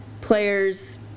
Players